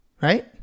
Right